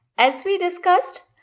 as we discussed,